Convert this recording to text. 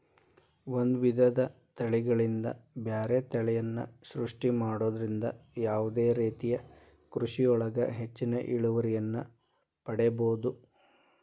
ಒಂದ್ ವಿಧದ ತಳಿಗಳಿಂದ ಬ್ಯಾರೆ ತಳಿಯನ್ನ ಸೃಷ್ಟಿ ಮಾಡೋದ್ರಿಂದ ಯಾವದೇ ರೇತಿಯ ಕೃಷಿಯೊಳಗ ಹೆಚ್ಚಿನ ಇಳುವರಿಯನ್ನ ಪಡೇಬೋದು